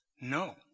No